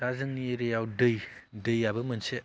दा जोंनि एरियायाव दै दैयाबो मोनसे